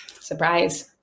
Surprise